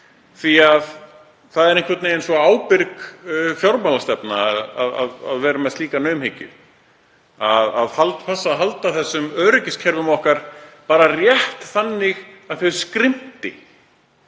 því það er einhvern veginn svo ábyrg fjármálastefna að vera með þá naumhyggju að passa að halda öryggiskerfum okkar bara rétt þannig að þau skrimti,